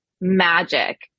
magic